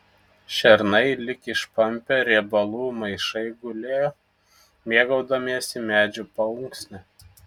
šernai lyg išpampę riebalų maišai gulėjo mėgaudamiesi medžių paunksne